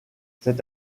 cet